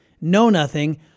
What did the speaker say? know-nothing